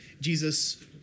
Jesus